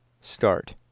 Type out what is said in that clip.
Start